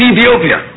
Ethiopia